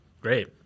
Great